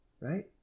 right